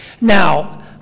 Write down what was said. Now